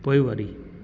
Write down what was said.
पोइवारी